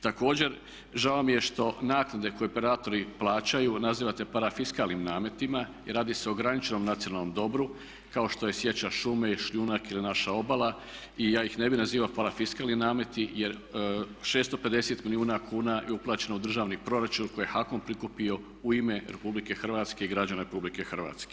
Također, žao mi je što naknade koje operatori plaćaju nazivate parafiskalnim nametima i radi se o graničnom nacionalnom dobru kao što je sjeća šume, šljunak ili naša obala i ja ih ne bi nazivao parafiskalnim nameti jer 650 milijuna kuna je uplaćeno u državni proračun koje je HAKOM prikupio u ime RH i građana RH.